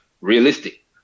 Realistic